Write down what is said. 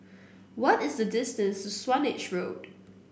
what is the distance to Swanage Road